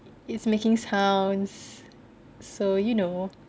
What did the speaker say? it's making sounds so you know